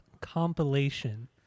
Compilation